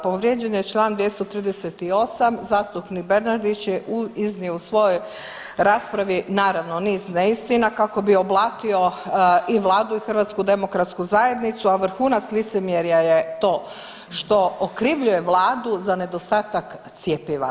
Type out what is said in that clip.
Povrijeđen je čl. 238., zastupnik Bernardić je iznio u svojoj raspravi naravno niz neistina kako bi oblatio i vladu i HDZ, a vrhunac licemjerja je to što okrivljuje vladu za nedostatak cjepiva.